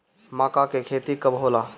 माका के खेती कब होला?